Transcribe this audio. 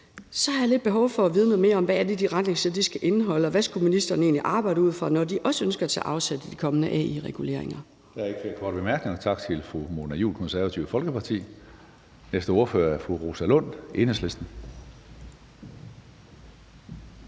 Så har jeg lidt behov for at vide noget mere om, hvad det er, de retningslinjer skal indeholde, og hvad ministrene egentlig skulle arbejde ud fra, når de også ønsker at tage afsæt i de kommende AI-reguleringer.